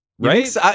Right